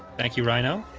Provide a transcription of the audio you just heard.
thank you rino